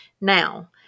Now